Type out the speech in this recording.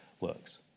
works